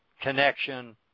connection